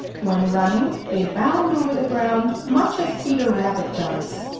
when running they bound over the ground much as peter rabbit does.